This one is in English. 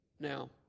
Now